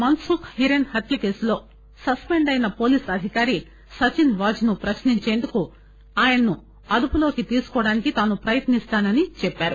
మన్నుఖ్ హిరెస్ హత్య కేసులో సస్సెండ్ అయిన వోలీస్ అధికారి సచిన్ వాజ్ ను ప్రశ్నించేందుకు ఆయనను అదుపులోకి తీసుకునేందుకు తాను ప్రయత్ని స్తానని చెప్పారు